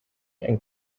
and